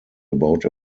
about